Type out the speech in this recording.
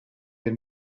del